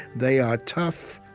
they are tough,